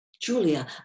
Julia